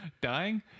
dying